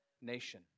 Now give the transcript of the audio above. nation